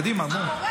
קדימה, נו.